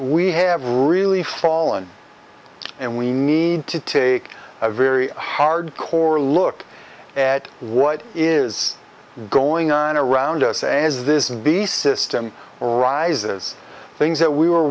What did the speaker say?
we have really fallen and we need to take a very hard core look at what is going on around us as this and the system arises things that we were